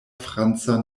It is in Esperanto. franca